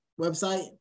website